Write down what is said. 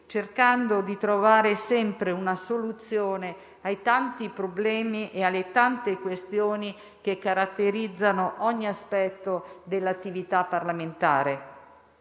cercando di trovare sempre una soluzione ai tanti problemi e alle tante questioni che caratterizzano ogni aspetto dell'attività parlamentare.